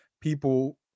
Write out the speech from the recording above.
people